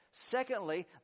Secondly